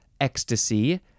Ecstasy